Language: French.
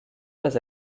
pas